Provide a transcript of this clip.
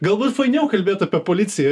galbūt fainiau kalbėt apie policiją